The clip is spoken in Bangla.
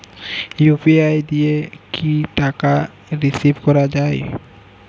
ইউ.পি.আই দিয়ে কি টাকা রিসিভ করাও য়ায়?